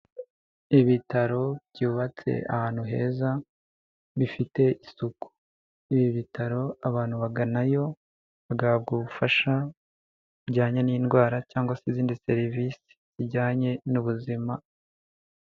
Ibitaro byubatse ahantu heza bifite isuku. Ibi bitaro abantu baganayo bagahabwa ubufasha bujyanye n'indwara cyangwa se izindi serivisi zijyanye n'ubuzima.